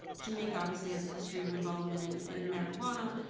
jamaica obviously has a history of involvement in and marijuana